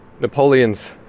Napoleon's